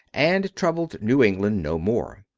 and troubled new england no more.